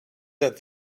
that